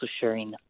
sharing